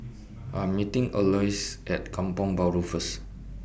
I'm meeting Alois At Kampong Bahru First